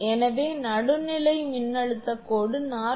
எனவே நடுநிலை மின்னழுத்தக் கோடு 47